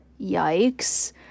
yikes